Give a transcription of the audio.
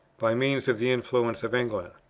by means of the influence of england.